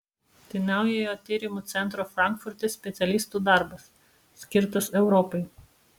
tai naujojo tyrimų centro frankfurte specialistų darbas skirtas europai